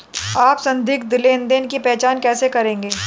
आप संदिग्ध लेनदेन की पहचान कैसे करेंगे?